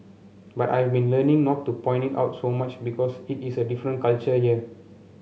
but I've been learning not to point it out so much because it is a different culture here